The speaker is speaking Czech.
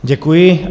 Děkuji.